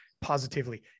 positively